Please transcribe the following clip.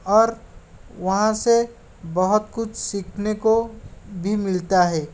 और वहाँ से बहुत कुछ सीखने को भी मिलता है